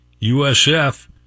USF